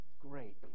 Great